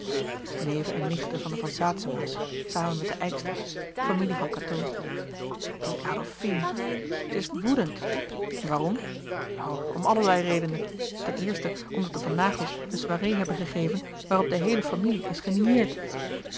en nichten van de van saetzema's samen met de ijkstra's familie van cateau die adolfine ze is woedend waarom o om allerlei redenen ten eerste omdat de van naghels een soirée hebben gegeven waarop de heele familie is